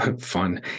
fun